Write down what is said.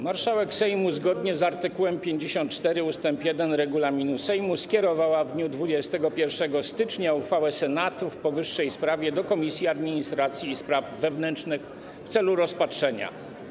Marszałek Sejmu zgodnie z art. 54 ust. 1 regulaminu Sejmu skierowała w dniu 21 stycznia uchwałę Senatu w powyższej sprawie do Komisji Administracji i Spraw Wewnętrznych w celu rozpatrzenia.